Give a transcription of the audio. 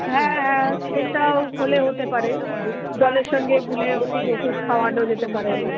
হ্যাঁ হ্যাঁ সেইটাও হলে হতে পারে জলের সঙ্গে গুলে ওষুধ ওষুধ খাওয়ানো যেতে পারে